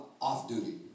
Off-duty